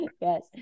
Yes